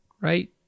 right